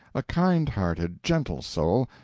a kind-hearted, gentle soul,